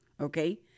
okay